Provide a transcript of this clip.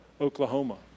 Oklahoma